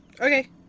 Okay